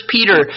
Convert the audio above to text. Peter